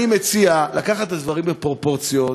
לקחת את הדברים בפרופורציות,